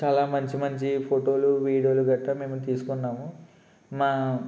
చాలా మంచి మంచి ఫోటోలు వీడియోలు గట్రా మేము తీసుకున్నాము మా